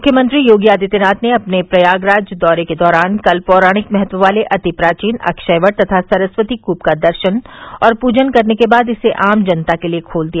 मुख्यमंत्री योगी आदित्यनाथ ने अपने प्रयागराज दौरे के दौरान कल पौराणिक महत्व वाले अति प्राचीन अक्षय वट तथा सरस्वती कूप का दर्शन और पूजन करने के बाद इसे आम जनता के लिये खोल दिया